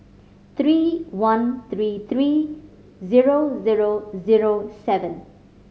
three one three three zero zero zero seven